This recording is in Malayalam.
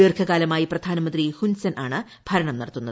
ദീർഘകാലമായി പ്രധാനമന്ത്രി ഹുൻസൻ ആണ് ഭരണം നടിത്തുന്നത്